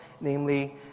namely